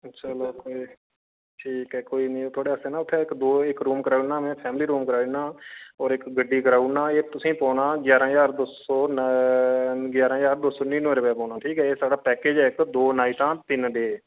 चलो फिर ठीक ऐ कोई नी थुआढ़े आस्तै ना उत्थै दो इक रूम कराई ओड़ना में फैमिली रूम कराई ओड़ना और इक गड्डी कराई ओड़ना तुसें गी पौना ग्यारां ज्हार दो सो ग्यारां ज्हार दो सो नड़िनमें रपे दा पौना ठीक ऐ एह् साढ़ा पैकेज ऐ इक दो नाइटां तिन्न डे